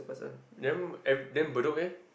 then ev~ then Bedok eh